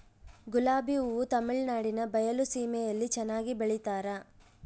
ಗುಲಾಬಿ ಹೂ ತಮಿಳುನಾಡಿನ ಬಯಲು ಸೀಮೆಯಲ್ಲಿ ಚೆನ್ನಾಗಿ ಬೆಳಿತಾರ